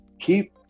keep